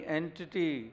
entity